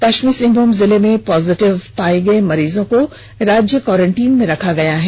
पष्चिम सिहंभूम जिले में पॉजिटिव पाए गए मरीज को राज्य क्वारेंटीन में रखा गया है